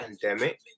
pandemic